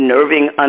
nerving